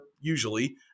usually